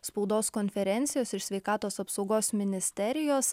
spaudos konferencijos iš sveikatos apsaugos ministerijos